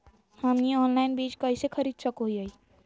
हमनी ऑनलाइन बीज कइसे खरीद सको हीयइ?